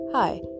Hi